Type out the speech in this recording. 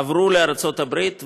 הם עברו לארצות הברית.